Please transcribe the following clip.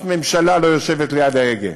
שום ממשלה לא יושבת ליד ההגה.